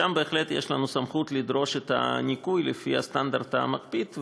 שם בהחלט יש לנו סמכות לדרוש את הניקוי לפי הסטנדרט המקפיד,